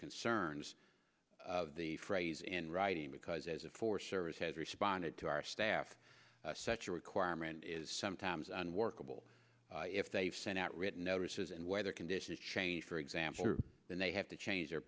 concerns of the phrase in writing because as a force service has responded to our staff such a requirement is sometimes unworkable if they've sent out written notices and weather conditions change for example then they have to change their